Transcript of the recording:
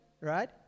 right